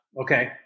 Okay